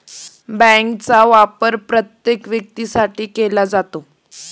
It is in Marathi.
बँकांचा वापर प्रत्येक व्यक्तीसाठी केला जातो